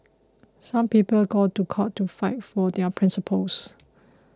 some people go to court to fight for their principles